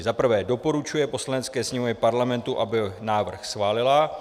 I. doporučuje Poslanecké sněmovně Parlamentu, aby návrh schválila;